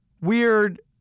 weird